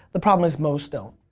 the problem is most don't.